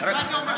מה זה אומר?